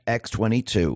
x22